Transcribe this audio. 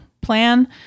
plan